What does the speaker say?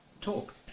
talk